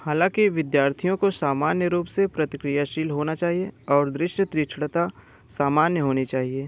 हालांकि विद्यार्थियों को सामान्य रूप से प्रतिक्रियाशील होना चाहिए और दृश्य तीक्ष्णता सामान्य होनी चाहिए